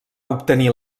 obtenir